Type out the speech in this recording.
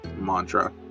mantra